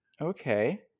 Okay